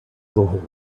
hole